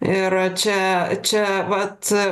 ir čia čia vat